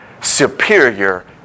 superior